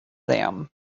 them